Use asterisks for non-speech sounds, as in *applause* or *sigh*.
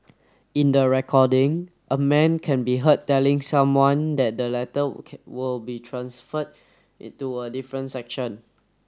in the recording a man can be heard telling someone that the latter *unintelligible* will be transferred to a different section